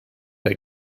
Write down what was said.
der